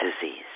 disease